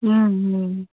হুম হুম